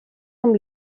amb